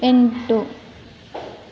ಎಂಟು